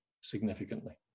significantly